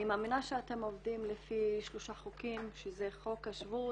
אני מאמינה שאתם עובדים לפי שלושה חוקים שזה חוק השבות